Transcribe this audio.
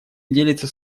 делится